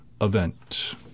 event